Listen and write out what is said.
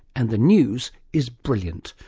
and the news is brilliant.